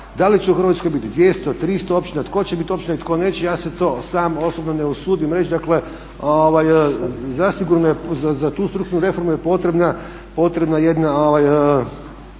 Da li će u Hrvatskoj biti 200, 300 općina, tko će biti općina i tko neće ja se to sam osobno ne usudim reći. Dakle zasigurno je, za tu strukturnu reformu je potrebna jedna